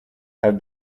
have